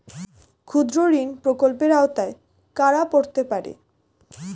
ক্ষুদ্রঋণ প্রকল্পের আওতায় কারা পড়তে পারে?